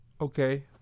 Okay